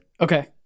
Okay